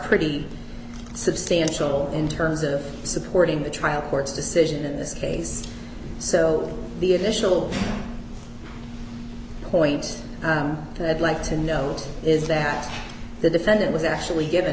pretty substantial in terms of supporting the trial court's decision in this case so the initial point that like to know is that the defendant was actually given